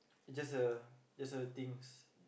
just a just a things